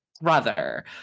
brother